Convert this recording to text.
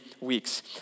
weeks